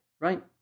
Right